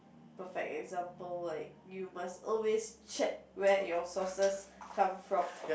perfect example like you must always check where your sources come from